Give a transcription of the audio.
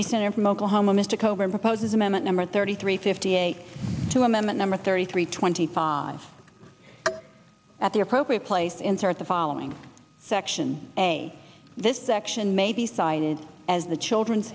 the senator from oklahoma mr coburn proposes amendment number thirty three fifty eight to amendment number thirty three twenty five at the appropriate place in the following section a this section may be cited as the children's